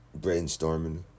Brainstorming